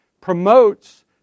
promotes